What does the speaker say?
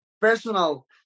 personal